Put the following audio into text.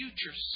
future